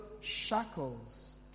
shackles